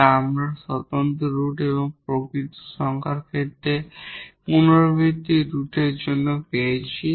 যা আমরা distinct root এবং প্রকৃত সংখ্যার ক্ষেত্রে রিপিটেড রুটের জন্য পেয়েছি